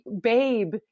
Babe